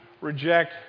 reject